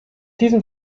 diesem